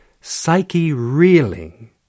psyche-reeling